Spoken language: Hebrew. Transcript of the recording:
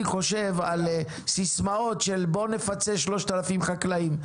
חושב על סיסמאות של בוא נפצה 3,000 חקלאים.